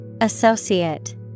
Associate